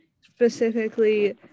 Specifically